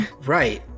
Right